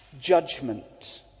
judgment